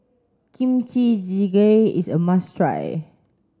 Kimchi Jjigae is a must try